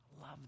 love